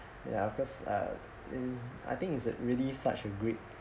ya cause ah is I think is that really such a great